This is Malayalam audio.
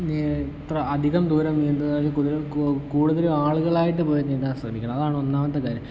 ഇത്ര അധികം ദൂരം നീന്തുക അതിൽ കൂടുതൽ ആളുകളായിട്ട് പോയി നീന്താൻ ശ്രമിക്കണം അതാണ് ഒന്നാമത്തെ കാര്യം